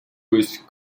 was